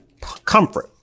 comfort